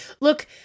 Look